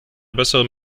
besseren